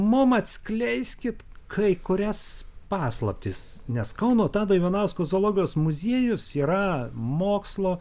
mum atskleiskit kai kurias paslaptis nes kauno tado ivanausko zoologijos muziejus yra mokslo